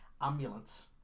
ambulance